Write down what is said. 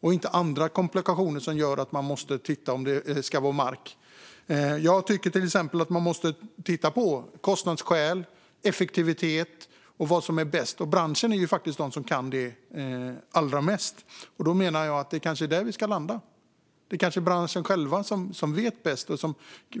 och att det inte är andra komplikationer som gör att man måste titta på om det ska vara markkablar. Jag tycker till exempel att man måste titta på kostnadsskäl, effektivitet och vad som är bäst. Det är faktiskt branschen som kan allra mest om det. Då är det kanske där vi ska landa, menar jag. Det är kanske branschen själv som vet bäst.